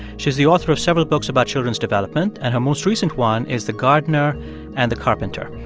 she's the author of several books about children's development, and her most recent one is the gardener and the carpenter.